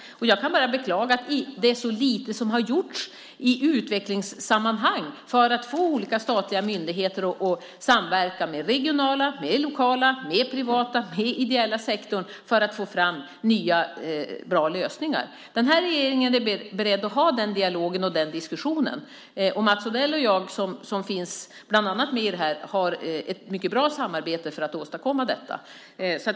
Jag kan bara beklaga att så lite har gjorts i utvecklingssammanhang för att få olika statliga myndigheter att samverka med regionala, lokala, privata och ideella sektorer för att få fram nya och bra lösningar. Den här regeringen är beredd att ha den dialogen och den diskussionen. Mats Odell och jag, som bland annat är med i detta, har ett mycket bra samarbete för att åstadkomma detta.